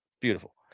beautiful